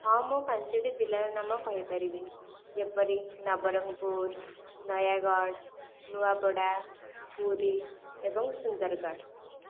ହଁ ମୁଁ ପାଞ୍ଚଟି ଜିଲ୍ଲାର ନାମ କହିପାରିବି ଯେପରି ନବରଙ୍ଗପୁର ନୟାଗଡ଼ ନୂଆପଡ଼ା ପୁରୀ ଏବଂ ସୁନ୍ଦରଗଡ଼